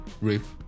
riff